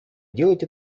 делать